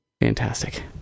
fantastic